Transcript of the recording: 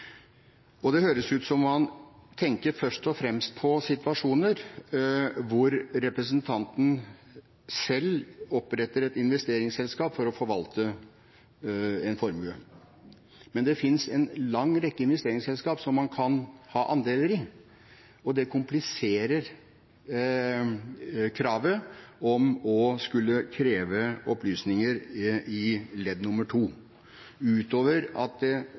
registre? Det høres ut som man først og fremst tenker på situasjoner hvor representanten selv oppretter et investeringsselskap for å forvalte en formue, men det finnes en lang rekke investeringsselskap som man kan ha andeler i, og det kompliserer kravet om opplysninger i andre ledd, utover at det